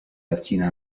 latina